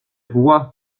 voient